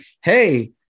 hey